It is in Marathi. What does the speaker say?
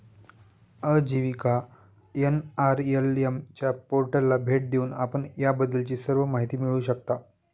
आजीविका एन.आर.एल.एम च्या पोर्टलला भेट देऊन आपण याबद्दलची सर्व माहिती मिळवू शकता